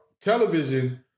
Television